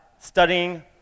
Studying